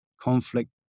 conflict